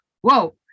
whoa